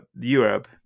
Europe